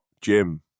Jim